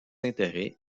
intérêts